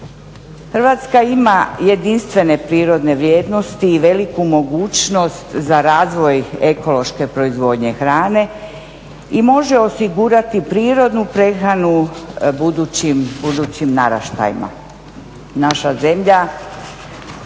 Hrvatska ima jedinstvene prirodne vrijednosti i veliku mogućnost za razvoj ekološke proizvodnje hrane i može osigurati prirodnu prehranu budućim naraštajima. Naša zemlja